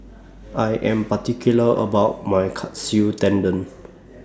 I Am particular about My Katsu Tendon